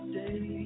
day